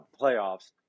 playoffs